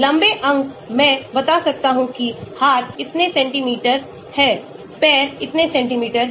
लंबे अंग मैं बता सकता हूं कि हाथ इतने सेंटीमीटर हैं पैर इतने सेंटीमीटर हैं